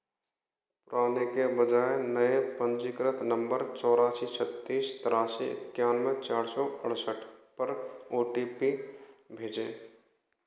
पुराने के बजाय नए पंजीकृत नंबर चौरासी छ्त्तीस तेरासी एक्यानवे चार सौ अड़सठ पर ओ टी पी भेजें